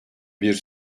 bir